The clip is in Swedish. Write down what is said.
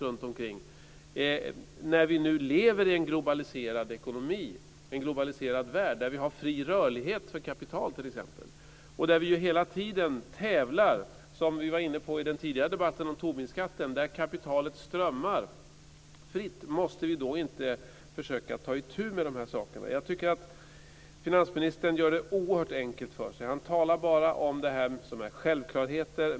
Vi lever ju i en globaliserad ekonomi, en globaliserad värld där vi t.ex. har fri rörlighet för kapital och där vi hela tiden tävlar - som vi också var inne på i den tidigare debatten om Tobinskatten. När kapitalet strömmar fritt måste vi då inte försöka att ta itu med dessa saker? Jag tycker att finansministern gör det oerhört enkelt för sig. Han talar bara om det som är självklarheter.